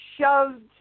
shoved